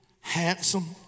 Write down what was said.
handsome